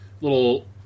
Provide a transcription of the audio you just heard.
little